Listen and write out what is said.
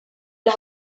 las